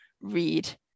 read